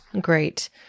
Great